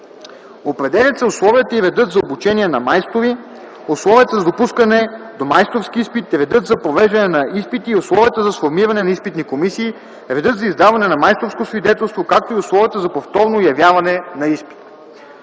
Определят се условията и редът за обучение на майстори, условията за допускане до майсторски изпит, редът за провеждане на изпити и условията за сформиране на изпитни комисии, редът за издаване на майсторско свидетелство, както и условията за повторно явяване на изпит.